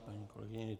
Paní kolegyně